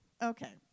Okay